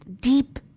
deep